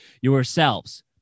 yourselves